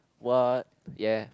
what ya